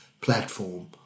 platform